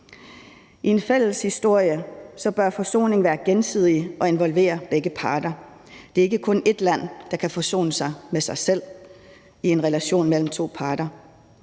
I en fælles historie bør forsoning være gensidig og involvere begge parter. Det er ikke kun ét land, der kan forsone sig med sig selv i en relation mellem to parter.